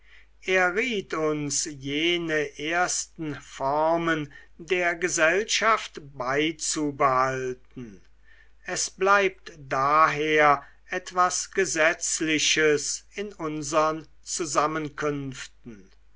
er riet uns jene ersten formen der gesellschaft beizubehalten es blieb daher etwas gesetzliches in unsern zusammenkünften